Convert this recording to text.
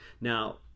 Now